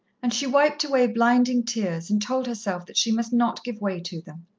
and she wiped away blinding tears and told herself that she must not give way to them.